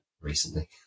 recently